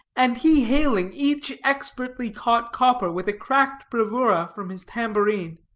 and he hailing each expertly-caught copper with a cracked bravura from his tambourine.